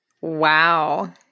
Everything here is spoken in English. Wow